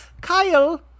Kyle